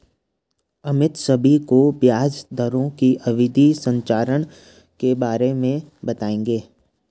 अमित सभी को ब्याज दरों की अवधि संरचना के बारे में बताएंगे